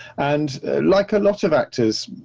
and like a lot of actors,